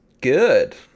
good